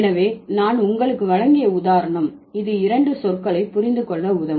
எனவே நான் உங்களுக்கு வழங்கிய உதாரணம் இது இரண்டு சொற்களை புரிந்து கொள்ள உதவும்